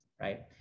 right